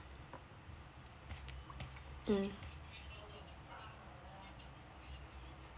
mm